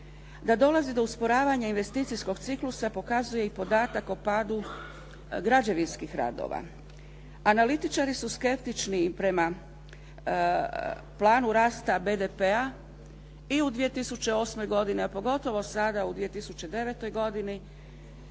Da dolazi do usporavanja investicijskog ciklusa pokazuje i podatak o padu građevinskih radova. Analitičari su skeptični prema planu rasta BDP-a i u 2008. godini a pogotovo sada u 2009. godini